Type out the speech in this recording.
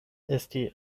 esti